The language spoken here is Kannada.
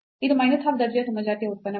ಇದು minus half ದರ್ಜೆಯ ಸಮಜಾತೀಯ ಉತ್ಪನ್ನವಾಗಿದೆ